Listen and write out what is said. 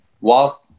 whilst